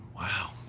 Wow